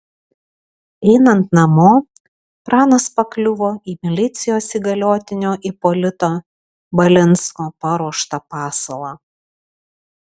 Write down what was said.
einant namo pranas pakliuvo į milicijos įgaliotinio ipolito balinsko paruoštą pasalą